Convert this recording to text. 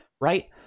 right